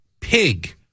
pig